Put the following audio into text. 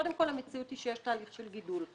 קודם כל, המציאות היא שיש תהליך של גידול.